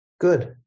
Good